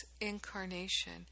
incarnation